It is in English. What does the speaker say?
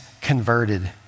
converted